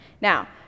Now